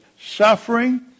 suffering